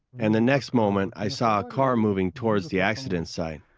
and the next moment, i saw a car moving towards the accident site.